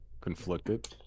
conflicted